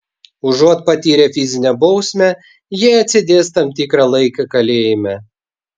užuot patyrę fizinę bausmę jie atsėdės tam tikrą laiką kalėjime